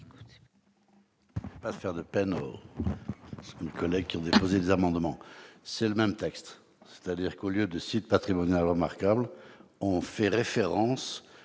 ...